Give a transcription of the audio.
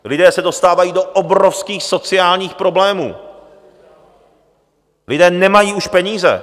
Lidé se dostávají do obrovských sociálních problémů, lidé už nemají peníze.